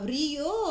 Rio